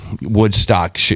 Woodstock